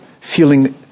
feeling